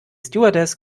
stewardess